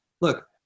Look